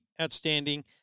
outstanding